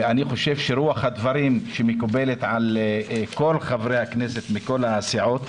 ואני חושב שרוח הדברים שמקובלת על כל חברי הכנסת מכל הסיעות,